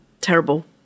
terrible